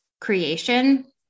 creation